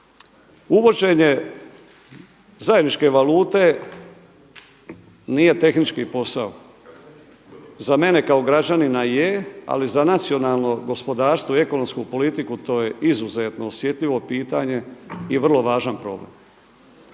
uvođenje zajedničke valute nije tehnički posao. Za mene kao građanina je, ali za nacionalno gospodarstvo i ekonomsku politiku to je izuzetno osjetljivo pitanje i vrlo važan problem.